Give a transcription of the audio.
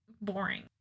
boring